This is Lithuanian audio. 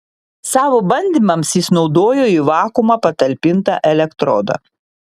savo bandymams jis naudojo į vakuumą patalpintą elektrodą